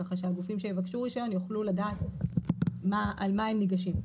כך שהגופים שיבקשו רישיון יוכלו לדעת על מה הם ניגשים.